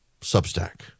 Substack